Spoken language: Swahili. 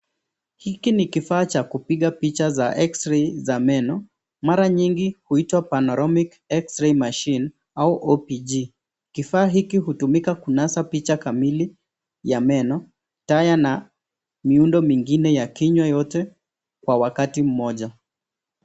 Hiki ni kifaa cha kupiga picha za X-ray za meno, mara nyingi, huitwa panoramic x-ray au OPG. Kifaa hiki hutumika kunasa picha kamili ya meno, taya na miundo mingine ya kinywa yote kwa wakati mmoja.